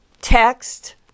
text